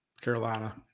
Carolina